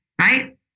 Right